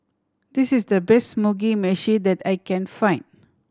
this is the best Mugi Meshi that I can find